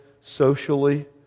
socially